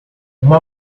uma